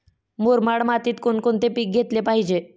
मुरमाड मातीत कोणकोणते पीक घेतले पाहिजे?